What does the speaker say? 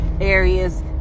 areas